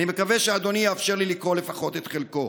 אני מקווה שאדוני יאפשר לי לקרוא לפחות את חלקו.